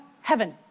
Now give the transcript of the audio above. heaven